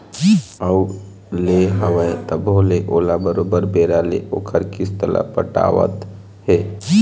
अउ ले हवय तभो ले ओला बरोबर बेरा ले ओखर किस्त ल पटावत हे